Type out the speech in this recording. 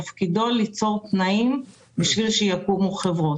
תפקידו ליצור תנאים כדי שיקומו חברות.